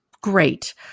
great